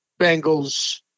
Bengals